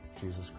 Jesus